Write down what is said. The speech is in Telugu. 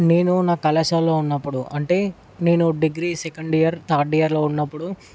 నేను నా కళాశాలలో ఉన్నప్పుడు అంటే నేను డిగ్రీ సెకండ్ ఇయర్ థర్డ్ ఇయర్లో ఉన్నప్పుడు